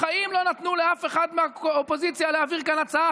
בחיים לא נתנו לאף אחד מהאופוזיציה להעביר כאן הצעה